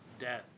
death